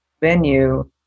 venue